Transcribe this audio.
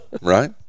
right